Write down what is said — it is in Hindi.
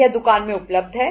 यह दुकान में उपलब्ध है